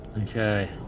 Okay